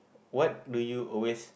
what do you always